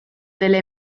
della